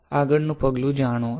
આગળનું પગલું જાણો